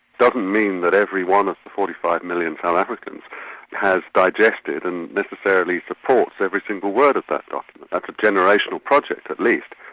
doesn't mean that every one of the forty five million south africans has digested and necessarily supports every single word of that document, that's a generational project at least.